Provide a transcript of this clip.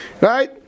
Right